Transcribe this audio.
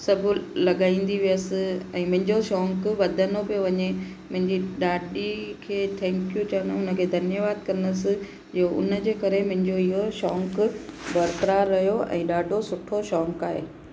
सभु लॻाईंदी हुअसि ऐं मुंहिंजो शौक़ु वधंदो पियो वञे मुंहिंजी ॾाॾी खे थैंक्यू चवंदमि उन खे धन्यवाद कंदसि जो उन जे करे मुंहिंजो इहो शौक़ु बरकरार रहियो ऐं ॾाढो सुठो शौक़ु आहे